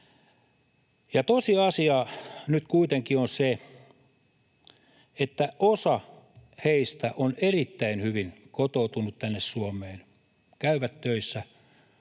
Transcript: ja tosiasia nyt kuitenkin on se, että osa heistä on erittäin hyvin kotoutunut tänne Suomeen — käyvät töissä,